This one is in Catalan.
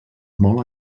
molt